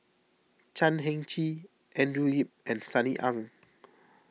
Chan Heng Chee Andrew Yip and Sunny Ang